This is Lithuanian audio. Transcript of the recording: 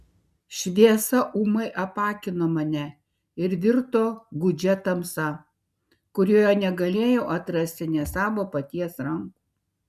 šviesa ūmai apakino mane ir virto gūdžia tamsa kurioje negalėjau atrasti nė savo paties rankų